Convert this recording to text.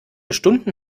stunden